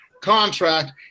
contract